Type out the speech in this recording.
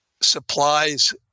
supplies